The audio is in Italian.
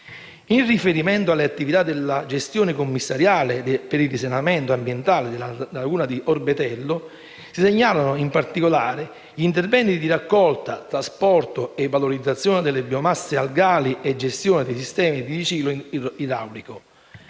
In riferimento alle attività della gestione commissariale per il risanamento ambientale della laguna di Orbetello, si segnalano, in particolare, gli interventi di raccolta, trasporto e valorizzazione delle biomasse algali e gestione dei sistemi di riciclo idraulico.